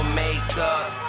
makeup